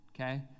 okay